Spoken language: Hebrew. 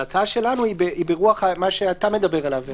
ההצעה שלנו היא ברוח מה שאתה מדבר עליו.